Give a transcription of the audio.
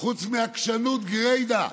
חוץ מעקשנות גרידא,